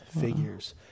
figures